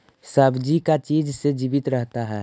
सब्जी का चीज से जीवित रहता है?